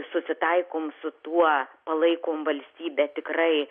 susitaikom su tuo palaikomvalstybę tikrai